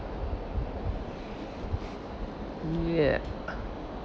ya